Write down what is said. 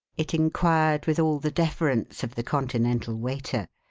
it inquired with all the deference of the continental waiter.